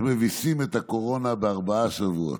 איך מביסים את הקורונה בארבעה שבועות.